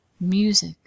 music